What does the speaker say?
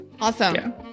Awesome